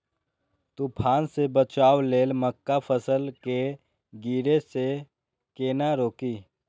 तुफान से बचाव लेल मक्का फसल के गिरे से केना रोकी?